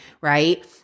right